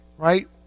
Right